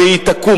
והיא תקום,